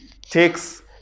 takes